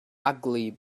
ugly